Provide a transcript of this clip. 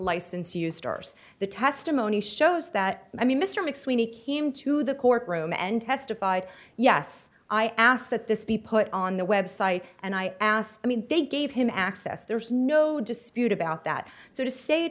license to use stars the testimony shows that i mean mr mcsweeney came to the court room and testified yes i asked that this be put on the website and i asked i mean they gave him access there's no dispute about that so to say